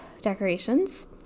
decorations